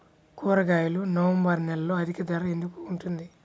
కూరగాయలు నవంబర్ నెలలో అధిక ధర ఎందుకు ఉంటుంది?